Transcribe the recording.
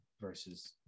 versus